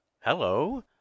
hello